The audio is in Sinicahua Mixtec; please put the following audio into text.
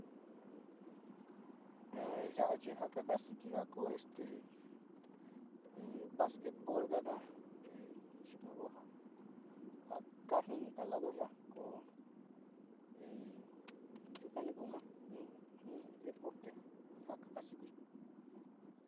ya´a chi ja ka kasikiga ku este basquetbol kaka yuka ku jo kajiniga lado ya´a, o yukani kuma in, in deporte in ja kasiki.